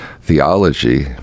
theology